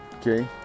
Okay